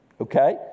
Okay